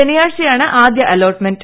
ശനിയാഴ്ചയാണ് ആദ്യ അലോട്മെന്റ്